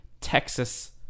Texas